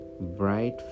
bright